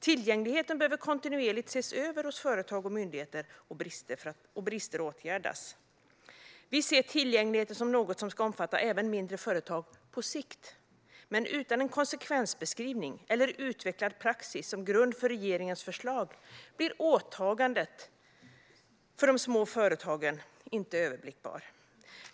Tillgängligheten behöver kontinuerligt ses över hos företag och myndigheter, och brister behöver åtgärdas. Vi ser tillgängligheten som något som ska omfatta även mindre företag på sikt, men utan en konsekvensbeskrivning eller utvecklad praxis som grund för regeringens förslag blir åtagandet för de små företagen inte överblickbart.